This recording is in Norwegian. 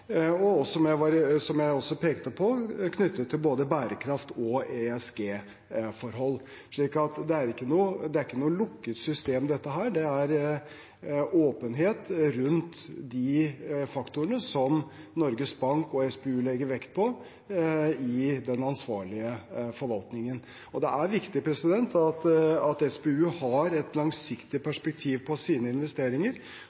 jeg pekte på, er de knyttet til både bærekraft og ESG-forhold. Dette er ikke noe lukket system. Det er åpenhet rundt de faktorene som Norges Bank og SPU legger vekt på i den ansvarlige forvaltningen. Det er viktig at SPU har et langsiktig